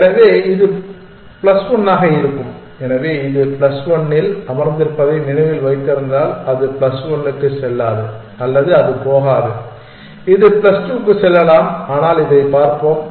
எனவே இது பிளஸ் 1 ஆக இருக்கும் எனவே இது பிளஸ் 1 இல் அமர்ந்திருப்பதை நினைவில் வைத்திருந்தால் அது பிளஸ் 1 க்கு செல்லாது அல்லது அது போகாது இது பிளஸ் 2 க்கு செல்லலாம் ஆனால் இதைப் பார்ப்போம்